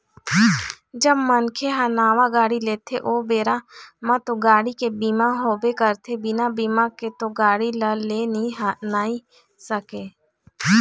जब मनखे ह नावा गाड़ी लेथे ओ बेरा म तो गाड़ी के बीमा होबे करथे बिना बीमा के तो गाड़ी ल ले ही नइ सकय